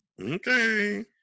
Okay